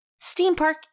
Steampark